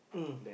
mm